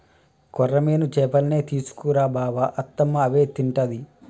కొర్రమీను చేపల్నే తీసుకు రా బావ అత్తమ్మ అవే తింటది